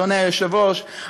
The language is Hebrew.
אדוני היושב-ראש,